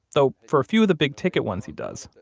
though for a few of the big ticket ones he does.